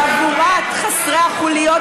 בכל חבורת חסרי החוליות,